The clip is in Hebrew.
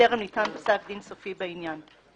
וטרם ניתן פסק דין סופי בעניין,